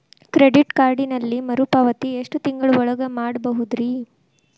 Credit ಕಾರ್ಡಿನಲ್ಲಿ ಮರುಪಾವತಿ ಎಷ್ಟು ತಿಂಗಳ ಒಳಗ ಮಾಡಬಹುದ್ರಿ?